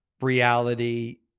reality